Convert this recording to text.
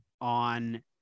on